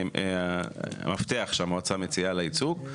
המפתח שהמועצה מציעה לייצוג.